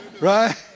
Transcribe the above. Right